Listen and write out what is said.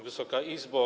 Wysoka Izbo!